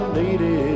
lady